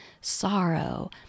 sorrow